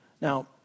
Now